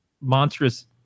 monstrous